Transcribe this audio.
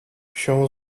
się